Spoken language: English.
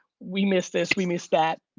we miss this, we miss that.